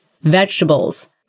vegetables